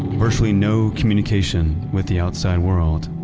virtually no communication with the outside world,